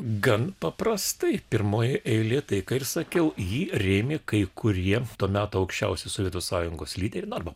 gan paprastai pirmoj eilėj tai ką ir sakiau jį rėmė kai kurie to meto aukščiausi sovietų sąjungos lyderiai nu arba